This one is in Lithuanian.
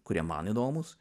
kurie man įdomūs